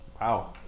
wow